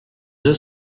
deux